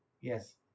Yes